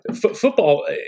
football